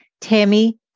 Tammy